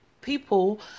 people